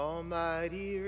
Almighty